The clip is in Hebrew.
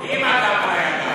סעיף 56(1) (6), כהצעת הוועדה,